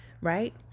right